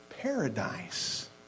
paradise